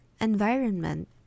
environment